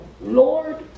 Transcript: Lord